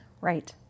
Right